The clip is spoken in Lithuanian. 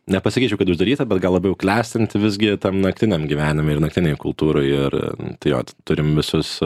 nepasakyčiau kad uždaryta bet gal labiau klestinti visgi tam naktiniam gyvenime ir naktinėj kultūroj ir jo turim visus